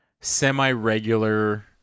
semi-regular